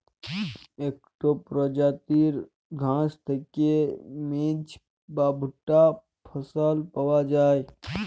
ইকট পরজাতির ঘাঁস থ্যাইকে মেজ বা ভুট্টা ফসল পাউয়া যায়